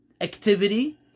activity